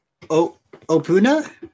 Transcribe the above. Opuna